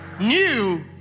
new